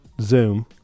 Zoom